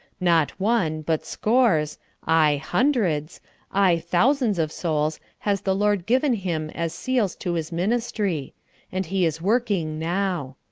not one, but scores aye, hundreds aye, thousands of souls has the lord given him as seals to his ministry and he is working now.